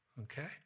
Okay